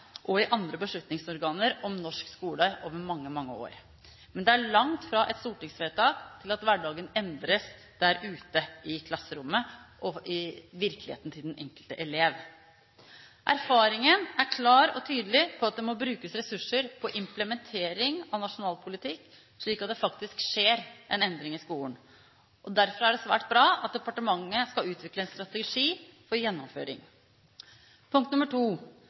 og i andre beslutningsorganer om norsk skole over mange, mange år. Men det er langt fra et stortingsvedtak til at hverdagen endres der ute i klasserommet og i virkeligheten til den enkelte elev. Erfaringen er klar og tydelig; det må brukes ressurser på implementering av nasjonal politikk slik at det faktisk skjer en endring i skolen. Derfor er det svært bra at departementet skal utvikle en strategi for